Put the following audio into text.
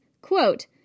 Quote